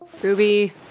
Ruby